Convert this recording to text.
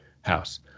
house